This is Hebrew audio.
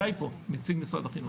גיא פה, נציג משרד החינוך.